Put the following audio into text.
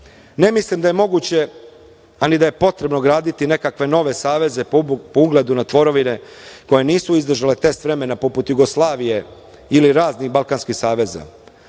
Ne mislim da je moguće, a ni da je potrebno graditi nekakve nove saveze, po ugledu na tvorevine koje nisu izdržale test vremena, poput Jugoslavije ili raznih balkanskih saveza. Neću